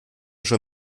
schon